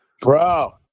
Bro